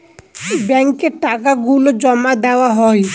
ব্যাঙ্কে টাকা গুলো জমা দেওয়া হয়